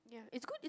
yeah it's good